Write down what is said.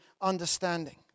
understanding